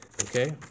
okay